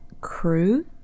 crew